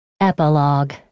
Epilogue